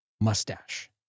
mustache